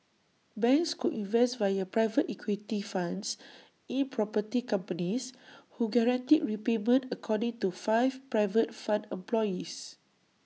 banks could invest via private equity funds in property companies who guaranteed repayment according to five private fund employees